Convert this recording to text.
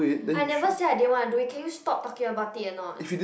I never say I didn't wanna do it can you stop talking about it a not